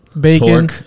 bacon